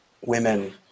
women